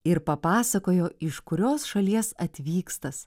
ir papasakojo iš kurios šalies atvykstąs